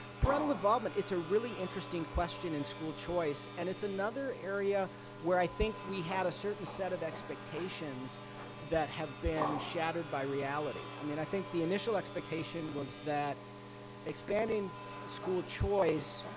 parental involvement it's a really interesting question in school choice and it's another area where i think we've had a certain set of expectations that have been shattered by reality. i mean, i think the initial expectation was that expanding school choice,